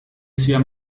zia